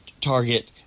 Target